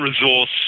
resource